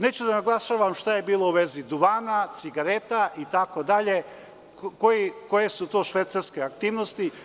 Neću da naglašavam šta je bilo u vezi duvana, cigareta itd, koje su to švercerske aktivnosti.